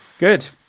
Good